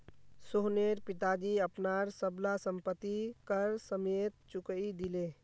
सोहनेर पिताजी अपनार सब ला संपति कर समयेत चुकई दिले